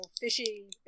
fishy